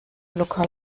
lokal